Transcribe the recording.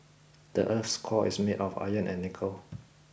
the earth's core is made of iron and nickel